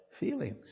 feeling